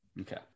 okay